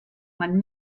man